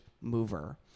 mover